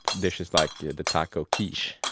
dishes like the taco quiche,